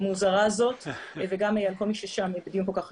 מוזרה זאת וגם תודה לכל המשתתפים בדיון כל כך חשוב.